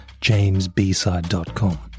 JamesBside.com